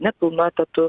nepilnu etatu